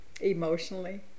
emotionally